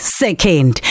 second